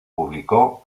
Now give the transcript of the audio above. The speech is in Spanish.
publicó